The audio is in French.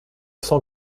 cent